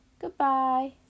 Goodbye